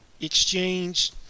exchange